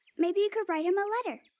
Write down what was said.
maybe you could write them a letter.